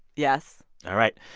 yes right.